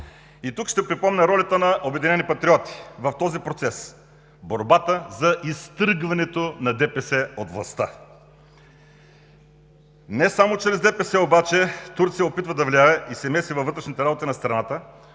Тук ще припомня ролята на „Обединени патриоти“ в този процес – борбата за изстъргването на ДПС от властта. Не само чрез ДПС обаче Турция опитва да влияе и се меси във вътрешните работи на страната,